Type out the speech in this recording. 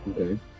okay